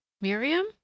Miriam